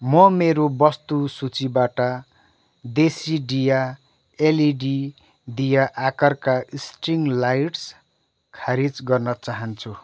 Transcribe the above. म मेरो वस्तु सूचीबाट देसिडिया एलइडी दिया आकारका स्ट्रिङ लाइट्स खारेज गर्न चाहन्छु